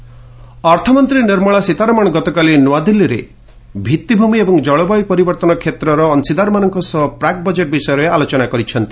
Sitharaman budget ଅର୍ଥମନ୍ତ୍ରୀ ନିର୍ମଳା ସୀତାରମଣ ଗତକାଲି ନୂଆଦିଲ୍ଲୀରେ ଭିଭିଭୂମି ଏବଂ ଜଳବାୟୁ ପରିବର୍ଭନ କ୍ଷେତ୍ରର ଅଂଶୀଦାରମାନଙ୍କ ସହ ପ୍ରାକ୍ ବଜେଟ୍ ବିଷୟରେ ଆଲୋଚନା କରିଛନ୍ତି